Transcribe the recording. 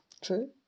True